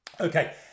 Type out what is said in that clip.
Okay